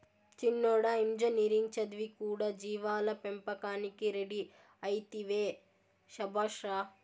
చిన్నోడా ఇంజనీరింగ్ చదివి కూడా జీవాల పెంపకానికి రెడీ అయితివే శభాష్ రా